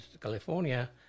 California